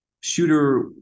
shooter